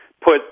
put